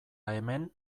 hemen